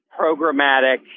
programmatic